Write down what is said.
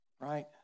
Right